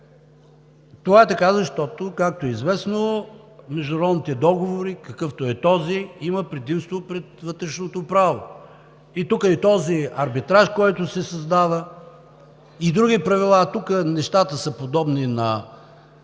Това е така, защото, както е известно, международните договори, какъвто е този, имат предимство пред вътрешното право. И тук този арбитраж, който се създава, и други правила – тук нещата са подобни и